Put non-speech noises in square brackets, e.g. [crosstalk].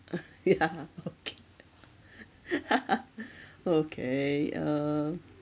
yeah okay [laughs] okay uh